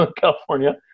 California